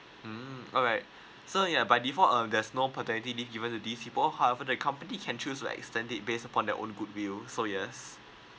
mm alright so ya but before uh there's no paternity leave given to this people however the company can choose like stand it based upon their own good will so yes